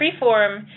preform